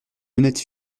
honnête